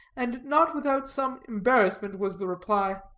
and not without some embarrassment was the reply.